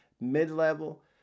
mid-level